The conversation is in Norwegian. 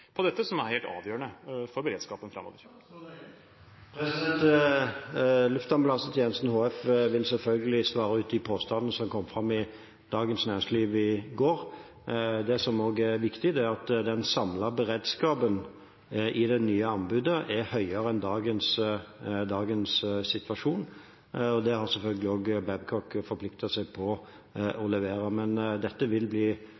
på dette som er helt avgjørende for beredskapen framover. Luftambulansetjenesten HF vil selvfølgelig svare på påstandene som kom fram i Dagens Næringsliv i går. Det som også er viktig, er at den samlede beredskapen i det nye anbudet er høyere enn i dagens situasjon. Det har selvfølgelig Babcock forpliktet seg til å levere. Dette vil bli